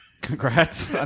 Congrats